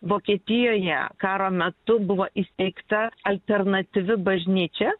vokietijoje karo metu buvo įsteigta alternatyvi bažnyčia